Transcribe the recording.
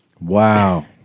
Wow